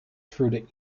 through